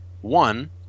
One